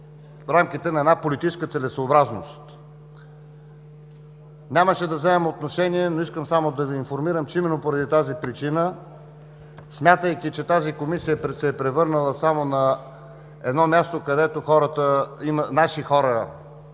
в рамките на една политическа целесъобразност. Нямаше да вземам отношение, но исках само да Ви информирам, че именно поради тази причина, смятайки, че тази Комисия се е превърнала само в място, където са настанени